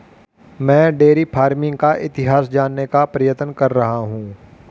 मैं dairy farming का इतिहास जानने का प्रयत्न कर रहा हूं